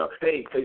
hey